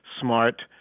smart